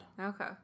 Okay